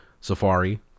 Safari